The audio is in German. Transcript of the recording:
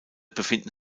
befinden